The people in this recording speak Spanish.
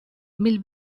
mil